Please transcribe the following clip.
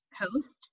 host